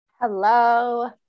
Hello